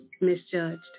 Misjudged